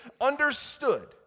understood